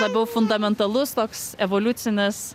labiau fundamentalus toks evoliucinis